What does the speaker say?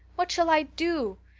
what shall i do?